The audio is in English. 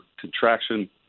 contraction